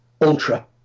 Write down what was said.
Ultra